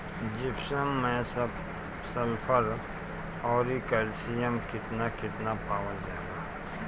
Gypsum मैं sulphur औरी calcium कितना कितना पावल जाला?